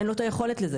אין לו את היכולת לזה.